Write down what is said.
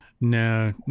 No